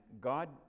God